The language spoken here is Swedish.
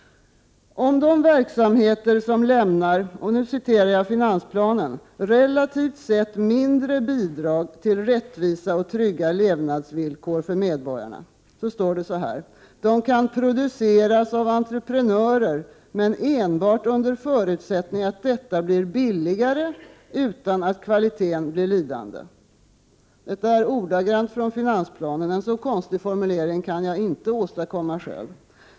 De verksamheter som lämnar, som det står i finansplanen, ”relativt sett mindre bidrag till rättvisa och trygga levnadsvillkor för medborgarna kan produceras av entreprenörer men enbart under förutsättning att detta blir billigare utan att kvaliteten blir lidande”. Det står faktiskt ordagrant så i finansplanen. En så konstig formulering kan jag inte åstadkomma själv.